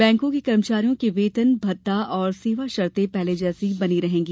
बैंकों के कर्मचारियों के वेतन भत्ता और सेवा शर्ते पहले जैसी ही बनी रहेंगी